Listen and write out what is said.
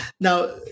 now